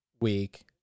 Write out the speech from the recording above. week